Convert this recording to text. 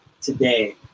today